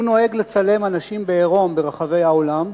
הוא נוהג לצלם אנשים בעירום ברחבי העולם.